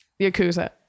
yakuza